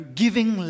giving